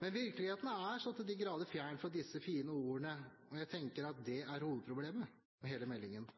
Men virkeligheten er så til de grader fjern fra disse fine ordene, og jeg tenker at det er hovedproblemet med hele meldingen.